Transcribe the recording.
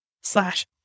slash